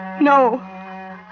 No